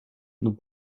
nous